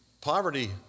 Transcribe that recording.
poverty